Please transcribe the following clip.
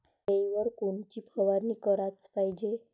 किड्याइवर कोनची फवारनी कराच पायजे?